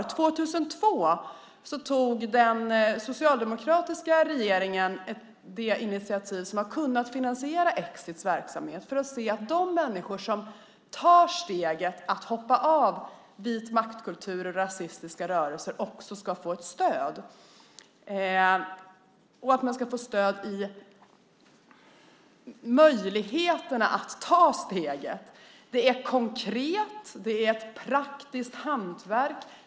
År 2002 tog den socialdemokratiska regeringen det initiativ som har gjort att Exits verksamhet har kunnat finansieras. De människor som tar steget att hoppa av vitmaktkulturer och rasistiska rörelser har kunnat få stöd, det vill säga en möjlighet att ta steget. Det är ett konkret och praktiskt hantverk.